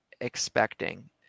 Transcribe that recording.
expecting